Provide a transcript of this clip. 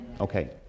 Okay